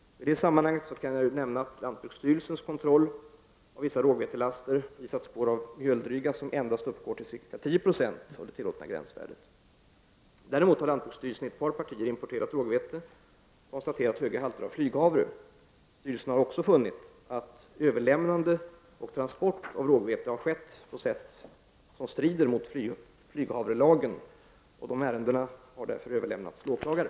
I det sammanhanget kan jag nämna att lantbruksstyrelsens kontroll av vissa rågvetelaster visat spår av mjöldryga som endast uppgår till ca 10 9o av det tillåtna gränsvärdet. Däremot har lantbruksstyrelsen i ett par partier importerat rågvete konstaterat höga halter av flyghavre. Styrelsen har vidare funnit att överlämnande och transport av rågvete skett på sätt som strider mot flyghavrelagen. Ärendena har därför överlämnats till åklagare.